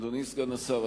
אדוני סגן השר,